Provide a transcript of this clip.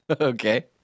Okay